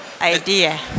idea